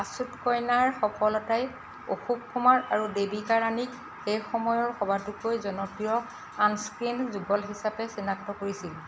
আছুত কন্যাৰ সফলতাই অশোক কুমাৰ আৰু দেৱীকা ৰাণীক সেই সময়ৰ সবাতোকৈ জনপ্ৰিয় অন স্ক্ৰিন যুগল হিচাপে চিনাক্ত কৰিছিল